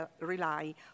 rely